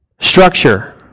structure